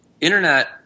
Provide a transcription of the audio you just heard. internet